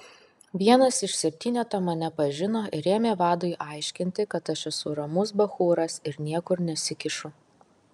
vienas iš septyneto mane pažino ir ėmė vadui aiškinti kad aš esu ramus bachūras ir niekur nesikišu